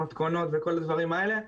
מתכונות ולכל הדברים האלה.